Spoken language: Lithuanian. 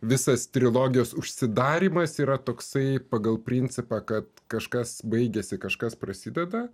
visas trilogijos užsidarymas yra toksai pagal principą kad kažkas baigiasi kažkas prasideda